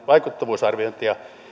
vaikuttavuusarviointia